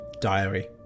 diary